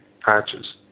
patches